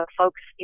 folks